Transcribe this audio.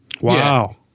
Wow